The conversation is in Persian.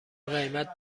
قیمت